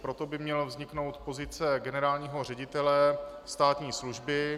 Proto by měla vzniknout pozice generálního ředitele státní služby.